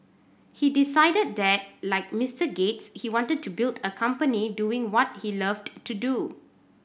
he decided that like Mister Gates he wanted to build a company doing what he loved to do